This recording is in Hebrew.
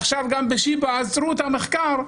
עכשיו גם בשיבא עצרו את המחקר,